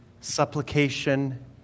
supplication